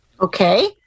Okay